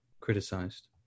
criticized